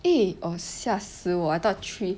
eh oh 下死我 I thought three